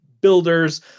builders